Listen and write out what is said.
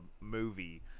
movie –